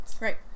Right